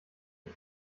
ich